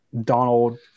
Donald